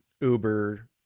Uber